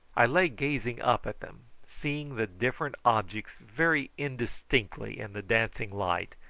i lay gazing up at them, seeing the different objects very indistinctly in the dancing light,